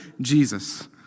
Jesus